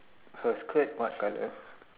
her skirt what colour